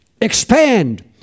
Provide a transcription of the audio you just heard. Expand